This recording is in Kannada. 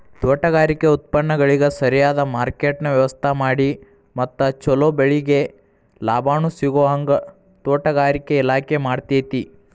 ತೋಟಗಾರಿಕೆ ಉತ್ಪನ್ನಗಳಿಗ ಸರಿಯದ ಮಾರ್ಕೆಟ್ನ ವ್ಯವಸ್ಥಾಮಾಡಿ ಮತ್ತ ಚೊಲೊ ಬೆಳಿಗೆ ಲಾಭಾನೂ ಸಿಗೋಹಂಗ ತೋಟಗಾರಿಕೆ ಇಲಾಖೆ ಮಾಡ್ತೆತಿ